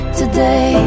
today